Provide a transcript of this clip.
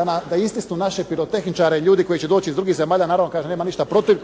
da istisnu naše pirotehničare ljudi koji će doći iz drugih zemalja, naravno kažem nemam ništa protiv.